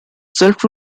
self